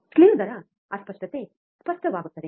sleeve ದರ ಅಸ್ಪಷ್ಟತೆ ಸ್ಪಷ್ಟವಾಗುತ್ತದೆ